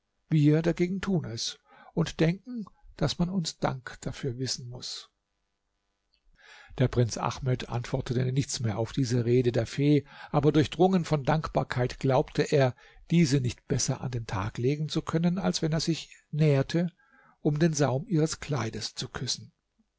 wir dagegen tun es und denken daß man uns dank dafür wissen muß der prinz ahmed antwortete nichts mehr auf diese rede der fee aber durchdrungen von dankbarkeit glaubte er diese nicht besser an den tag legen zu können als wenn er sich näherte um den saum ihres kleides zu küssen